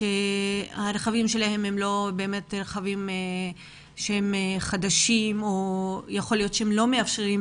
שהרכבים שלהם הם לא באמת רכבים שהם חדשים או יכול להיות שהם לא מאפשרים